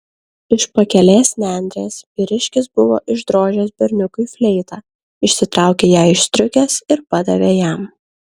iš pakelės nendrės vyriškis buvo išdrožęs berniukui fleitą išsitraukė ją iš striukės ir padavė jam